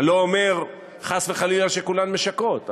אני לא אומר חס וחלילה שכולן משקרות,